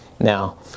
now